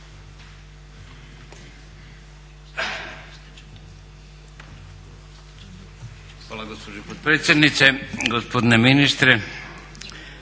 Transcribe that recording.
Hvala gospođo potpredsjednice, gospodine ministre,